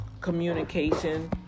communication